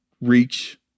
reach